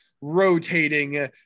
rotating